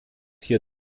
hier